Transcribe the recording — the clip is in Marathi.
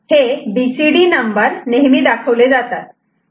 हे बीसीडी नंबर नेहमी दाखवले जातात